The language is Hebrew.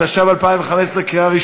מוותרת.